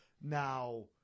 now